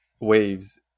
waves